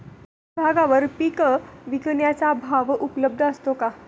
विभागवार पीक विकण्याचा भाव उपलब्ध असतो का?